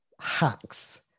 hacks